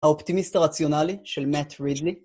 האופטימיסט הרציונלי של מאט רידלי